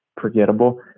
forgettable